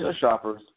shoppers